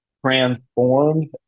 transformed